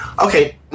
Okay